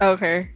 Okay